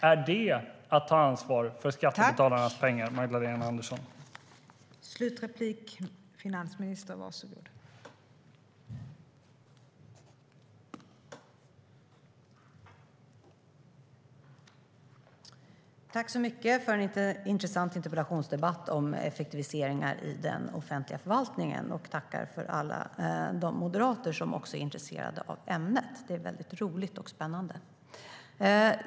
Är det att ta ansvar för skattebetalarnas pengar, Magdalena Andersson?